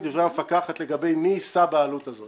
דברי המפקחת לגבי מי יישא בעלות הזו.